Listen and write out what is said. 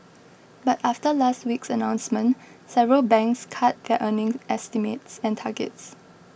but after last week's announcement several banks cut their earnings estimates and targets